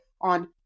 on